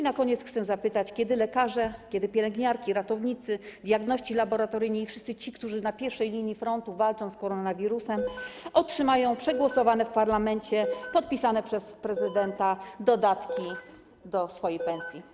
Na koniec chcę zapytać, kiedy lekarze, pielęgniarki, ratownicy, diagności laboratoryjni i wszyscy ci, którzy na pierwszej linii frontu walczą z koronawirusem, otrzymają przegłosowane w parlamencie, podpisane przez prezydenta dodatki do pensji.